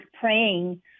praying